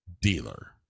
dealer